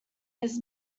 his